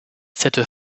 cette